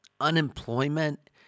unemployment